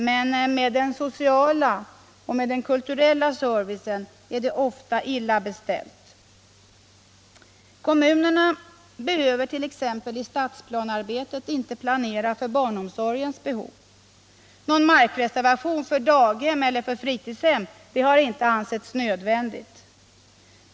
Men med den sociala och kulturella servicen är det ofta illa ställt. Kommunerna behöver t.ex. inte i stadsplanearbetet planera för barnomsorgens behov. Någon markreservation för daghem och fritidshem har inte ansetts nödvändig.